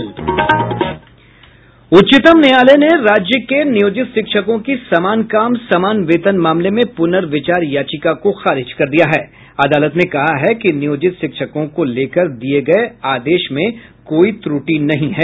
उच्चतम न्यायालय ने राज्य के नियोजित शिक्षकों की समान काम समान वेतन मामले में प्रर्नविचार याचिका को खारिज कर दिया हैं अदालत ने कहा है कि नियोजित शिक्षकों को लेकर दिये गये आदेश में कोई त्रटि नहीं है